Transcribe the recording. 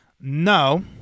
No